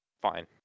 fine